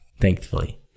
thankfully